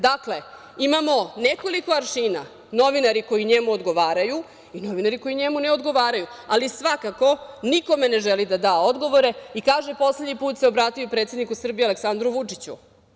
Dakle, imamo nekoliko aršina, novinari koji njemu odgovaraju i novinari koji njemu ne odgovaraju, ali svakako nikome ne želi da da odgovore i kaže poslednji put se obratio i predsedniku Srbije Aleksandru Vučiću.